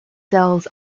cells